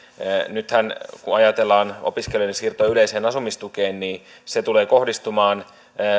nythän kun ajatellaan opiskelijoiden siirtoa yleiseen asumistukeen se tulee kohdistumaan